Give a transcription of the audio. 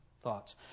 thoughts